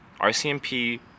RCMP